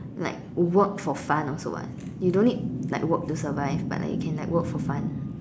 like work for fun also [what] you don't need like work to survive but like you can like work for fun